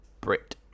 Brit